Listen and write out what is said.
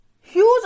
huge